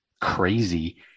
crazy